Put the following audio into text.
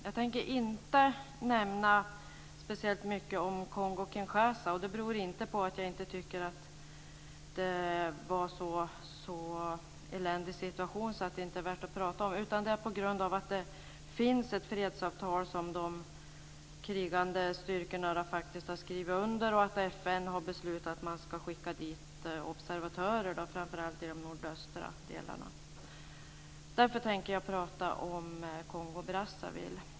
Jag tänker inte nämna speciellt mycket om Kongo-Kinshasa. Det beror inte på att jag inte tycker att det var en så eländig situation att det inte är värt att tala om det. Det är på grund av att det finns ett fredsavtal som de krigande styrkorna faktiskt har skrivit under, och FN har beslutat att man ska skicka dit observatörer i framför allt de nordöstra delarna. Därför tänkte jag tala om Kongo-Brazzaville.